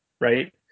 right